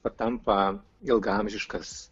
patampa ilgaamžiškas